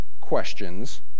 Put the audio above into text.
questions